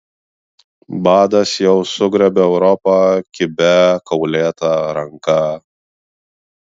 badas jau sugriebė europą kibia kaulėta ranka